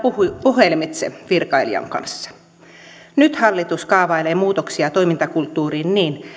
puhelimitse virkailijan kanssa nyt hallitus kaavailee muutoksia toimintakulttuuriin niin